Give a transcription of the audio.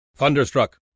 Thunderstruck